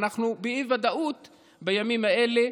אנחנו באי-ודאות בימים האלה,